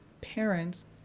parents